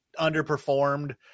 underperformed